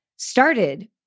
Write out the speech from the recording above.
started